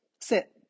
sit